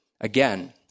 Again